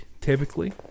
Typically